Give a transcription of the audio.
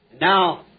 Now